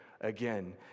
again